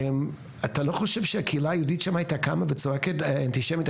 אתה לא חושב שהקהילה היהודית שמה הייתה קמה וצועקת אנטישמיות,